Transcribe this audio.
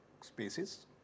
spaces